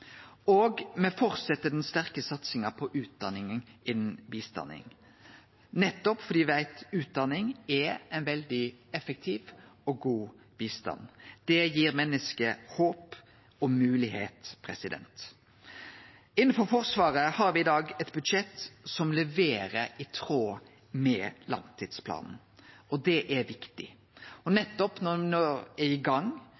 Me fortset òg den sterke satsinga på utdanning innanfor bistanden, nettopp fordi me veit at utdanning er ein veldig effektiv og god bistand. Det gir menneske håp og moglegheit. Innanfor forsvaret har me i dag eit budsjett som leverer i tråd med langtidsplanen. Det er viktig, og når me no er i gang